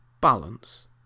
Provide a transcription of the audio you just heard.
balance